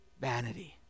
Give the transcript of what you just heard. vanity